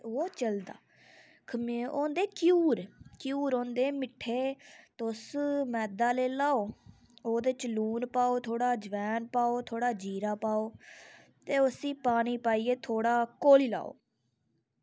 ओह् चलदा ओह् होंदे घ्यूर घ्यूर होंदे मिट्ठे तुस मैदा ले लाओ ओह्दे च लून पाओ थोह्ड़ी जवैन पाओ थोह्ड़ा जीरा पाओ ते उस्सी पानी पाइयै थोह्ड़ा घोली लाओ